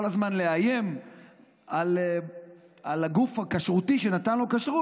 הזמן לאיים על הגוף הכשרותי שנתן לו כשרות,